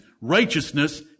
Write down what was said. righteousness